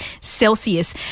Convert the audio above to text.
Celsius